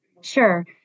Sure